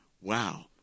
Wow